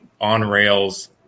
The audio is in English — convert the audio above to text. on-rails